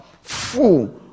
full